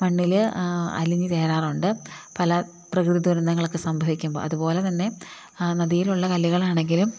മണ്ണിൽ അലിഞ്ഞു ചേരാറുണ്ട് പല പ്രകൃതി ദുരന്തങ്ങളൊക്ക സംഭവിക്കുമ്പോൾ അതുപോലെ തന്നെ നദിയിലുള്ള കല്ലുകൾ ആണെങ്കിലും